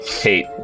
hate